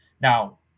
Now